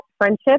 friendship